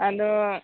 ᱟᱫᱚ